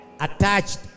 attached